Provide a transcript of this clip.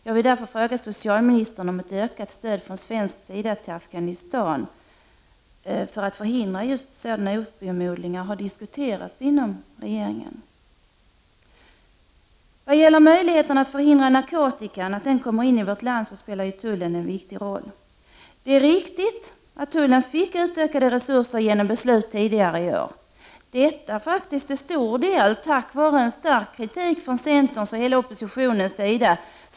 Jag vill därför fråga socialministern om ett ökat stöd från svensk sida till Afghanistan för att förhindra opiumodlingar har diskuterats inom regeringen. När det gäller möjligheterna att förhindra att narkotikan kommer in i vårt land spelar tullen en viktig roll. Det är riktigt att tullen fick utökade resurser genom beslut tidigare i år. Detta skedde till stor del tack vare stark kritik från centerns och hela oppositionens sida.